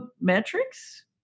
metrics